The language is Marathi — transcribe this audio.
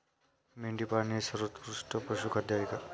मेंढी पाळणे हे सर्वोत्कृष्ट पशुखाद्य आहे का?